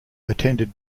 attended